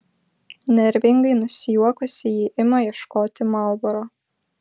nervingai nusijuokusi ji ima ieškoti marlboro